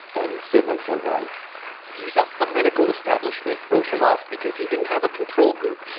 and seven survive he says the medical establishment wrote him off because he didn't have a control group.